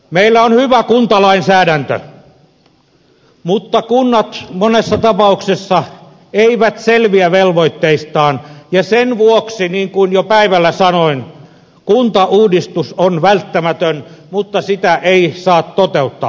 meillä on hyvä kuntalainsäädäntö mutta kunnat monessa tapauksessa eivät selviä velvoitteistaan ja sen vuoksi niin kuin jo päivällä sanoin kuntauudistus on välttämätön mutta sitä ei saa toteuttaa pakolla